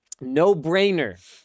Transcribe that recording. No-brainer